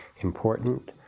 important